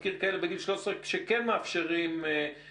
ואני מכיר כאלה בגיל 13 שהוריהם מאפשרים להם,